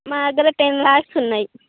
మా దగ్గర టెన్ లాక్స్ ఉన్నాయి